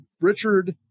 Richard